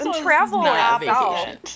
Traveling